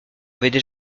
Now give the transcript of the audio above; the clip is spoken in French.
avaient